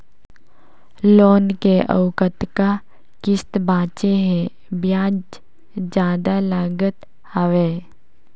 Loan के अउ कतका किस्त बांचें हे? ब्याज जादा लागत हवय,